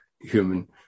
human